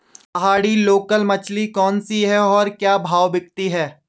पहाड़ी लोकल मछली कौन सी है और क्या भाव बिकती है?